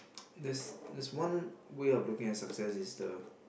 there's there's one way of looking at success it's the